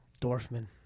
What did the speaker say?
Dorfman